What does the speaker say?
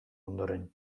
ondoren